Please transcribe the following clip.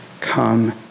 come